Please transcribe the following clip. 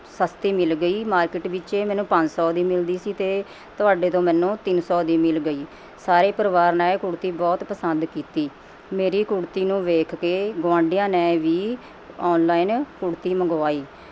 ਸਸਤੀ ਮਿਲ ਗਈ ਮਾਰਕੀਟ ਵਿੱਚ ਇਹ ਮੈਨੂੰ ਪੰਜ ਸੌ ਦੀ ਮਿਲਦੀ ਸੀ ਅਤੇ ਤੁਹਾਡੇ ਤੋਂ ਮੈਨੂੰ ਤਿੰਨ ਸੌ ਦੀ ਮਿਲ ਗਈ ਸਾਰੇ ਪਰਿਵਾਰ ਨੇ ਇਹ ਕੁੜਤੀ ਬਹੁਤ ਪਸੰਦ ਕੀਤੀ ਮੇਰੀ ਕੁੜਤੀ ਨੂੰ ਵੇਖ ਕੇ ਗੁਆਂਢੀਆਂ ਨੇ ਵੀ ਔਨਲਾਈਨ ਕੁੜਤੀ ਮੰਗਵਾਈ